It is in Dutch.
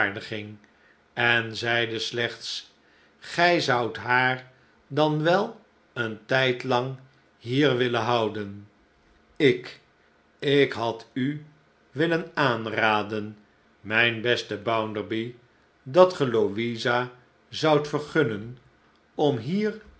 en zeide slechts gij zoudt haar dan wel een tijdlang hier willen houden ik ik had u willen aanraden mijn beste bounderby dat ge louisa zoudt vergunnen om hier